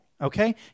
Okay